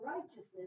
righteousness